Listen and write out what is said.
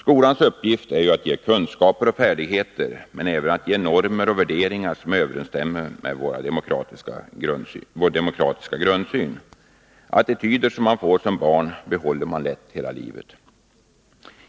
Skolans uppgift är ju att förmedla kunskaper och färdigheter men även att ange normer och värderingar som överensstämmer med vår demokratiska grundsyn. Attityder som man tillägnar sig som barn behåller man lätt hela livet.